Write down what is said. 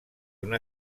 una